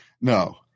No